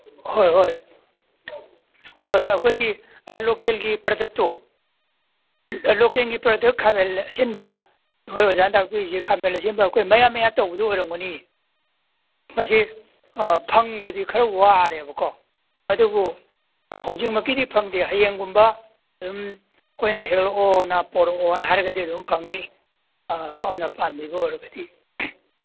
ꯍꯣꯏ ꯍꯣꯏ ꯍꯣꯏ ꯍꯣꯏ ꯑꯩꯈꯣꯏꯒꯤ ꯂꯣꯀꯦꯜꯒꯤ ꯄ꯭ꯔꯗꯛꯇꯣ ꯂꯣꯀꯦꯜꯒꯤ ꯄ꯭ꯔꯗꯛ ꯈꯥꯃꯦꯟ ꯑꯁꯤꯟꯕ ꯑꯩꯈꯣꯏ ꯑꯣꯖꯥꯅ ꯇꯥꯛꯄꯤꯔꯤꯁꯦ ꯈꯥꯃꯦꯟ ꯑꯁꯤꯟꯕ ꯑꯩꯈꯣꯏ ꯃꯌꯥꯠ ꯃꯌꯥꯠ ꯇꯧꯕꯗꯨ ꯑꯣꯏꯔꯝꯒꯅꯤ ꯃꯁꯤ ꯐꯪꯕꯗꯤ ꯈꯔ ꯋꯥꯔꯦꯕꯀꯣ ꯑꯗꯨꯕꯨ ꯍꯧꯖꯤꯛꯃꯛꯀꯤꯗꯤ ꯐꯪꯗꯦ ꯍꯌꯦꯡꯒꯨꯝꯕ ꯑꯗꯨꯝ ꯑꯩꯈꯣꯏꯅ ꯍꯦꯛꯂꯛꯑꯣꯅ ꯄꯣꯔꯛꯑꯣꯅ ꯍꯥꯏꯔꯒꯗꯤ ꯑꯗꯨꯝ ꯐꯪꯅꯤ ꯁꯣꯝꯅ ꯄꯥꯝꯕꯤꯕ ꯑꯣꯏꯔꯒꯗꯤ